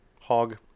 hog